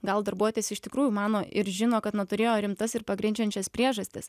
gal darbuotas iš tikrųjų mano ir žino kad na turėjo rimtas ir pagrindžiančias priežastis